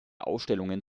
ausstellungen